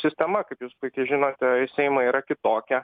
sistema kaip jūs puikiai žinote į seimą yra kitokia